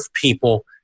people